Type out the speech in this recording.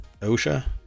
OSHA